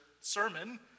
sermon